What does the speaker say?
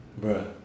Bruh